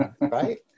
right